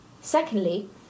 Secondly